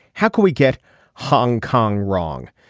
how could we get hong kong wrong.